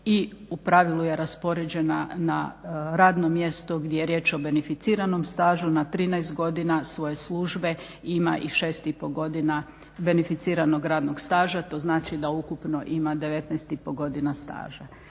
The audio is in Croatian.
i u pravilu je raspoređena na radnom mjestu gdje je riječ o beneficiranom stažu na 13 godina svoje službe ima i 6,5 godina beneficiranog radnog staža to znači da ukupno ima 19,5 godina staža.